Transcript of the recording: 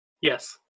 Yes